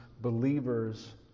believers